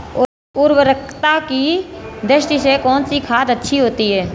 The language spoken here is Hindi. उर्वरकता की दृष्टि से कौनसी खाद अच्छी होती है?